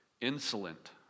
insolent